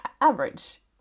average